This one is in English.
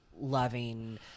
loving